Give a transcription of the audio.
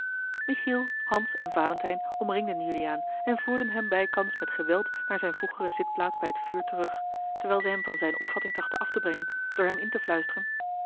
michiel hans en valentijn omringden juliaan en voerden hem bijkans met geweld naar zijne vroegere zitplaats bij het vuur terug terwijl zij hem van zijne opvatting trachtten af te brengen door hem in te fluisteren